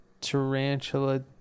tarantula